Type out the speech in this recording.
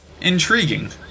Intriguing